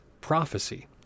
prophecy